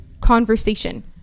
conversation